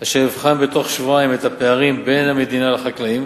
אשר יבחן בתוך שבועיים את הפערים בין המדינה לחקלאים,